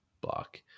block